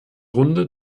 runde